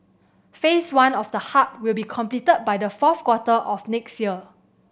Phase One of the hub will be completed by the fourth quarter of next year